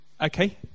Okay